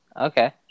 Okay